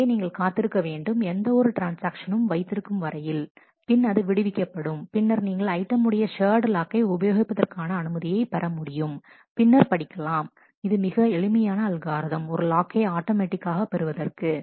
எனவே நீங்கள் காத்திருக்க வேண்டும் எந்த ஒரு ட்ரான்ஸ்ஆக்ஷனும் வைத்திருக்கும் வரையில் பின் அது விடுவிக்கப்படும் பின்னர் நீங்கள் ஐட்டமுடைய ஷேர்டு லாக்கை உபயோகிப்பதற்கான அனுமதியைப் பெற முடியும் பின்னர் படிக்கலாம் இது மிக எளிமையான அல்காரிதம் ஒரு லாக்கை ஆட்டோமேட்டிக்காக பெறுவதற்கு